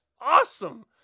awesome